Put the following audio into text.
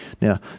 Now